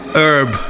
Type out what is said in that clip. herb